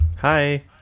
Hi